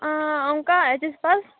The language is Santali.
ᱚᱱᱠᱟ ᱮᱪ ᱮᱥ ᱯᱟᱥ